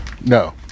No